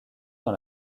dans